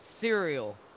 cereal